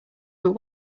but